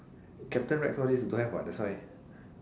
captain Rex all these don't have what that's why